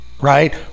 right